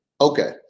Okay